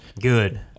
good